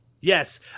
Yes